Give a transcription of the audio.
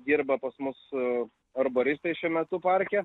dirba pas mus arboristai šiuo metu parke